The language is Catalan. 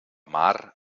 mar